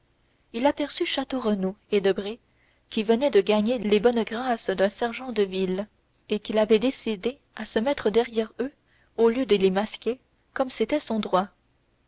il aperçut château renaud et debray qui venaient de gagner les bonnes grâces d'un sergent de ville et qui l'avaient décidé à se mettre derrière eux au lieu de les masquer comme c'était son droit